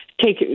take